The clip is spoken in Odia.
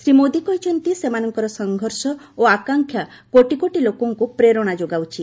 ଶ୍ରୀ ମୋଦି କହିଛନ୍ତି ସେମାନଙ୍କର ସଂଘର୍ଷ ଓ ଆକାଂକ୍ଷା କୋଟି କୋଟି ଲୋକଙ୍କ ପ୍ରେରଣା ଯୋଗାଉଛି